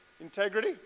Integrity